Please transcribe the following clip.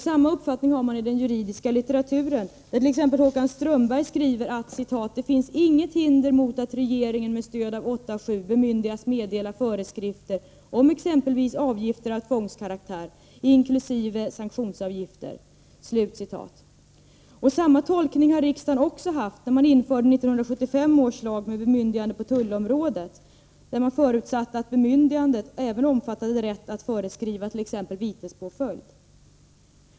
Samma uppfattning har man i den juridiska litteraturen, t.ex. i ”Normgivningsmakten” av Håkan Strömberg, där författaren skriver: ”Det finns inget hinder mot att regeringen med stöd av 8:7 bemyndigas meddela föreskrifter om exempelvis Samma tolkning har riksdagen också haft när man införde 1975 års lagmed — Fre dagen den bemyndigande på tullområdet, där man förutsatte att bemyndigandet även 1 juni 1984 omfattade rätt att föreskriva t.ex. vitespåföljd.